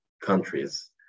countries